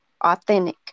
Authentic